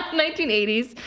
nineteen eighty s,